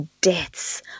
deaths